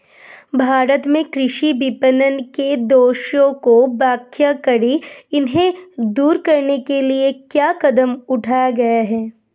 भारत में कृषि विपणन के दोषों की व्याख्या करें इन्हें दूर करने के लिए क्या कदम उठाए गए हैं?